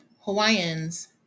Hawaiians